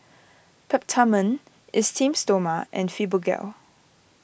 Peptamen Esteem Stoma and Fibogel